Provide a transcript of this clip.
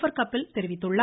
per Kapil தெரிவித்துள்ளார்